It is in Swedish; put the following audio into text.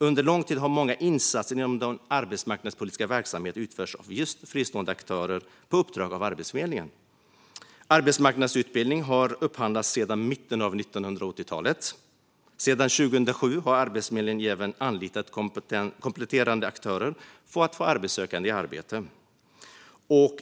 Under lång tid har många insatser inom den arbetsmarknadspolitiska verksamheten utförts av just fristående aktörer på uppdrag av Arbetsförmedlingen. Arbetsmarknadsutbildning har upphandlats sedan mitten av 1980-talet. Sedan 2007 har Arbetsförmedlingen även anlitat kompletterande aktörer för att få arbetssökande i arbete.